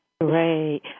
Great